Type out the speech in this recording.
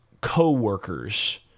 co-workers